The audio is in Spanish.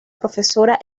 profesora